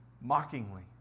mockingly